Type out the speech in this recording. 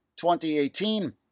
2018